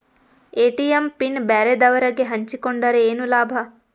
ATM PIN ಬ್ಯಾರೆದವರಗೆ ಹಂಚಿಕೊಂಡರೆ ಏನು ಲಾಭ?